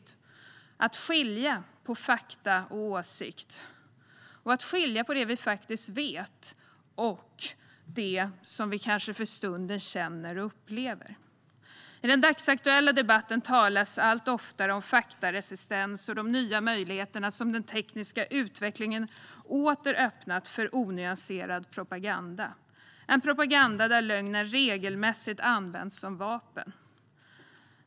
Det handlar om att skilja på fakta och åsikt och att skilja mellan det vi faktiskt vet och det vi kanske för stunden känner och upplever. I den dagsaktuella debatten talas allt oftare om faktaresistens och de nya möjligheter som den tekniska utvecklingen åter öppnat för onyanserad propaganda, en propaganda där lögnen regelmässigt används som vapen.